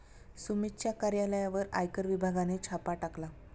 सुमितच्या कार्यालयावर आयकर विभागाने छापा टाकला